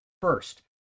first